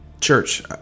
church